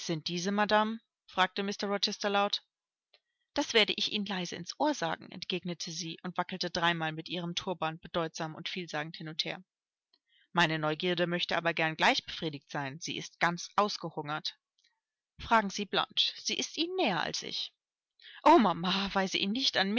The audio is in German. sind diese madame fragte mr rochester laut das werde ich ihnen leise ins ohr sagen entgegnete sie und wackelte dreimal mit ihrem turban bedeutsam und vielsagend hin und her meine neugierde möchte aber gern gleich befriedigt sein sie ist ganz ausgehungert fragen sie blanche sie ist ihnen näher als ich o mama weise ihn nicht an